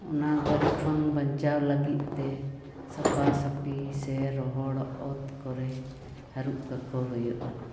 ᱚᱱᱟ ᱜᱚᱡ ᱠᱷᱚᱱ ᱵᱟᱧᱪᱟᱣ ᱞᱟᱹᱜᱤᱫ ᱛᱮ ᱥᱟᱯᱷᱟ ᱥᱟᱹᱯᱷᱤ ᱥᱮ ᱨᱚᱦᱚᱲ ᱚᱛ ᱠᱚᱨᱮ ᱦᱟᱹᱨᱩᱵ ᱠᱟᱠᱚ ᱦᱩᱭᱩᱜᱼᱟ